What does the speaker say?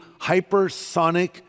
hypersonic